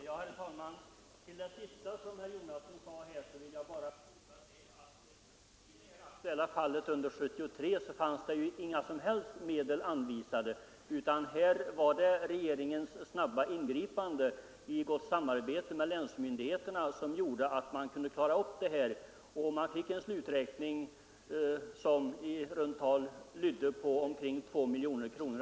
Herr talman! Till vad herr Jonasson senast sade vill jag bara foga att i det aktuella fallet under 1973 fanns det inga som helst medel anvisade, utan här var det regeringens snabba ingripande, i gott samarbete med länsmyndigheterna, som gjorde att man kunde klara situationen. Man fick en sluträkning som lydde på i runt tal 2 miljoner kronor.